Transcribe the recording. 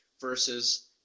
versus